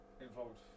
involved